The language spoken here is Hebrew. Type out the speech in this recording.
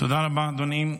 תודה רבה, אדוני.